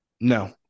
No